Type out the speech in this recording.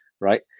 right